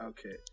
Okay